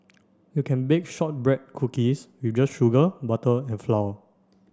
you can bake shortbread cookies with just sugar butter and flour